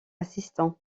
assistant